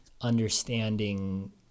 understanding